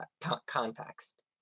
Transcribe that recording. context